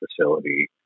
facility